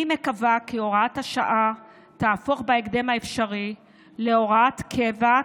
אני מקווה כי הוראת השעה תהפוך בהקדם האפשרי להוראת קבע,